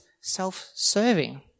self-serving